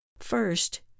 First